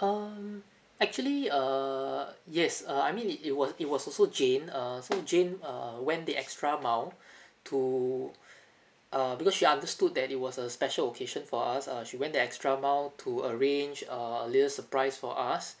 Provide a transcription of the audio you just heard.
um actually err yes uh I mean it it was it was also jane err jane err went the extra mile to uh because she understood that it was a special occasion for us uh we went that extra mile to arrange a little surprise for us